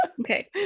Okay